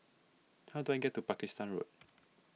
how do I get to Pakistan Road